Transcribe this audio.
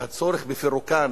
שהצורך בפירוקן